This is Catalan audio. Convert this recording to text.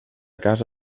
casa